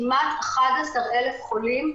כמעט 11,000 חולים,